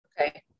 okay